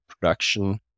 production